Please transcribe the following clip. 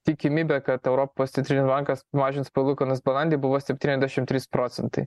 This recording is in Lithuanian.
tikimybė kad europos centrinis bankas mažins palūkanas balandį buvo septyniasdešim trys procentai